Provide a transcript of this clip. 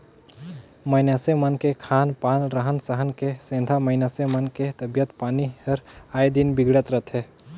मइनसे मन के खान पान, रहन सहन के सेंधा मइनसे मन के तबियत पानी हर आय दिन बिगड़त रथे